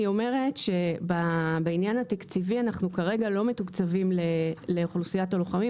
אומרת שבעניין התקציבי אנחנו כרגע לא מתוקצבים לאוכלוסיית הלוחמים,